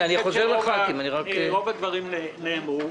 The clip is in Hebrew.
רוב הדברים נאמרו.